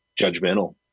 judgmental